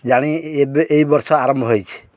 ଜାଣି ଏବେ ଏଇ ବର୍ଷ ଆରମ୍ଭ ହେଇଛି